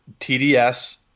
TDS